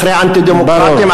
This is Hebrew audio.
אחרי האנטי-דמוקרטים,